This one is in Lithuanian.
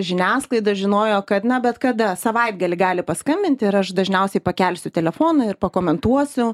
žiniasklaida žinojo kad na bet kada savaitgalį gali paskambinti ir aš dažniausiai pakelsiu telefoną ir pakomentuosiu